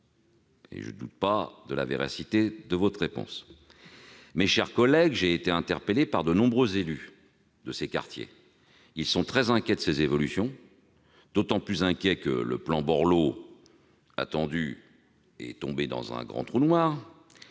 Et je ne doute pas de la véracité de votre réponse. Mes chers collègues, j'ai été interpellé par de nombreux élus de ces quartiers. Ils sont très inquiets de ces évolutions, et ce d'autant plus que le plan Borloo, tant attendu, est tombé dans un grand trou noir.